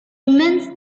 immense